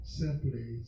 simply